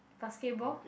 basketball